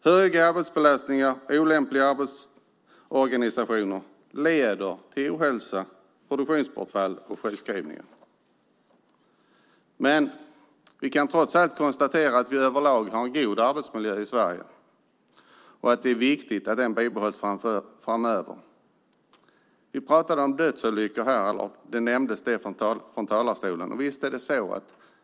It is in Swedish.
Höga arbetsbelastningar och olämpliga arbetsorganisationer leder till ohälsa, produktionsbortfall och sjukskrivningar. Vi kan trots allt konstatera att vi överlag har en god arbetsmiljö i Sverige och att det är viktigt att den bibehålls framöver. Dödsolyckor nämndes från talarstolen.